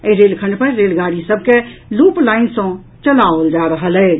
एहि रेलखंड पर रेलगाड़ी सभ के लूप लाईन सँ चलाओल जा रहल अछि